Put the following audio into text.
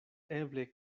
eble